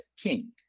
king